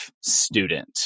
student